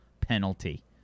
penalty